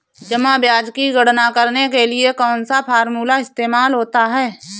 जमा ब्याज की गणना करने के लिए कौनसा फॉर्मूला इस्तेमाल होता है?